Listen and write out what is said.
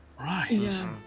Right